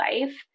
life